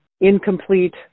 incomplete